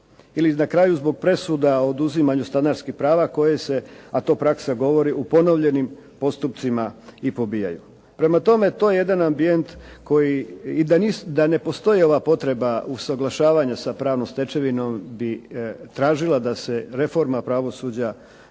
Ili na kraju zbog presuda oduzimanju stanarskih prava koje se, a to praksa govori, u ponovljenim postupcima i pobijaju. Prema tome to je jedan ambijent koji i da ne postoji ova potreba usuglašavanja sa pravnom stečevinom bi tražila da se reforma pravosuđa